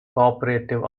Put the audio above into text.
cooperative